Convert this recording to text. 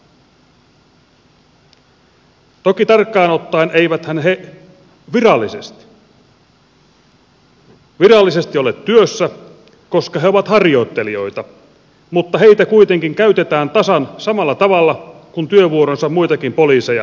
eiväthän he toki tarkkaan ottaen virallisesti ole työssä koska he ovat harjoittelijoita mutta heitä kuitenkin käytetään tasan samalla tavalla kuin työvuoronsa muitakin poliiseja